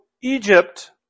Egypt